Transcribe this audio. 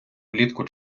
влітку